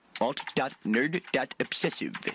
Alt.nerd.obsessive